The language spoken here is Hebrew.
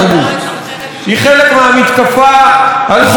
היא חלק מהמתקפה על חופש הביטוי,